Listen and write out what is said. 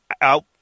out